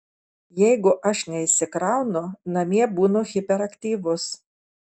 jeigu aš neišsikraunu namie būnu hiperaktyvus